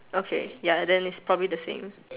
okay ya then it's probably the same